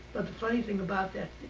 but the funny thing about that,